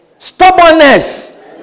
stubbornness